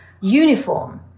uniform